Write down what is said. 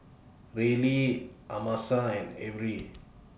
Rylee Amasa and Averi